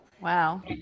Wow